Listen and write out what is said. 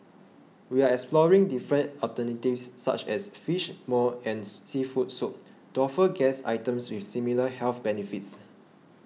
we are exploring different alternatives such as Fish Maw and seafood soup to offer guests items with similar health benefits